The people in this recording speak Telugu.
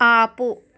ఆపు